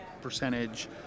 percentage